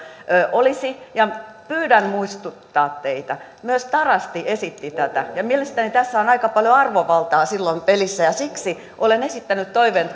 olisi ja pyydän saada muistuttaa teitä myös tarasti esitti tätä mielestäni tässä on aika paljon arvovaltaa silloin pelissä ja siksi olen esittänyt toiveen